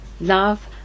love